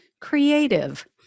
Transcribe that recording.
creative